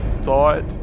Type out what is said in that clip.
thought